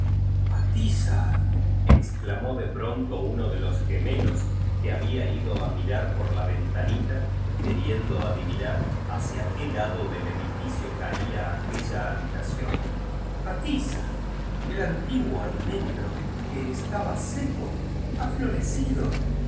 atiza exclamó de pronto uno de los gemelos que imbía ido a mirar por la ven ían ita queriendo adivinar baria qué lado del edificio caía aquella habitación atiza el antiguo almendro que estaba seco ha floreci